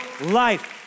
life